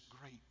great